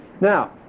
Now